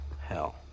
hell